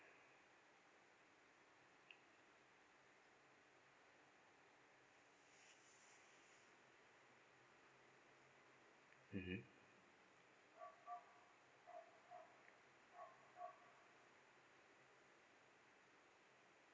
mmhmm